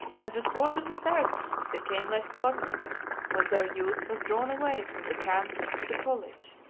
and the sword of the saracens became less formidable when their youth was drawn away from the camp to the college,